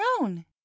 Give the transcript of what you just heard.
own